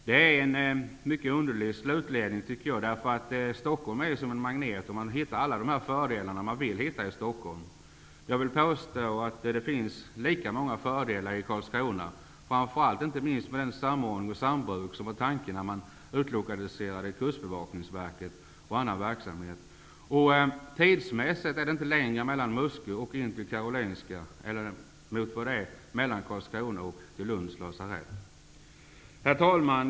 Det är en mycket underlig slutledning, därför att Stockholm är som en magnet. Man hittar alla fördelar man vill hitta i Stockholm. Jag vill påstå att det finns lika många fördelar i Karlskrona, inte minst med tanke på den samordning och det sambruk som var tanken när man utlokaliserade Kustbevakningsverket och annan verksamhet. Det tar inte längre tid mellan Karlskrona och Lunds lasarett än mellan Muskö och Karolinska sjukhuset. Herr talman!